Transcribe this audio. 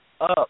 up